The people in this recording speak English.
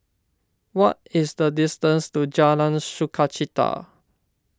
what is the distance to Jalan Sukachita